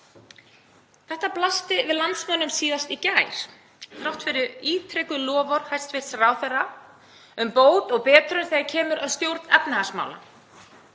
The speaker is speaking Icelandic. Þetta blasti við landsmönnum síðast í gær, þrátt fyrir ítrekuð loforð hæstv. ráðherra um bót og betrun þegar kemur að stjórn efnahagsmála.